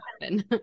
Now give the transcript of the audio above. happen